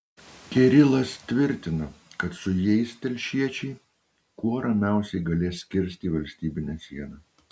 kirilas tvirtina kad su jais telšiečiai kuo ramiausiai galės kirsti valstybinę sieną